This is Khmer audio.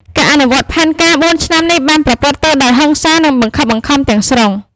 ការអនុវត្តផែនការបួនឆ្នាំនេះបានប្រព្រឹត្តទៅដោយ ហិង្សា និងបង្ខិតបង្ខំ ទាំងស្រុង។